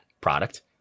product